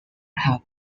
have